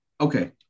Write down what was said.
Okay